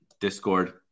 Discord